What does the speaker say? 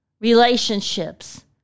relationships